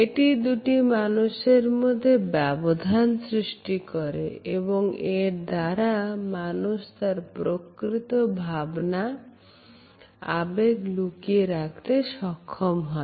এটি দুটি মানুষের মধ্যে ব্যবধান সৃষ্টি করে এবং এর দ্বারা মানুষ তার প্রকৃত ভাবনা আবেগ লুকিয়ে রাখতে সক্ষম হয়